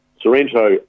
Sorrento